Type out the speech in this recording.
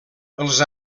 els